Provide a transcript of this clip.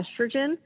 estrogen